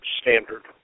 Standard